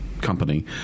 company